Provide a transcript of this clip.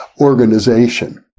organization